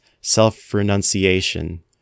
self-renunciation